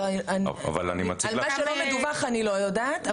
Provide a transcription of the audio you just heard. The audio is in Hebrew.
על מה שלא מדווח אני לא יודעת.